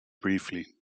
briefly